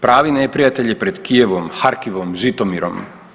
Pravi neprijatelj je pred Kijevom, Hakivom, Žitomirom.